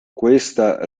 questa